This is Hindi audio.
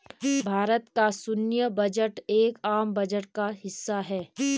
भारत का सैन्य बजट एक आम बजट का हिस्सा है